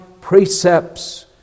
precepts